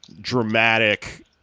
dramatic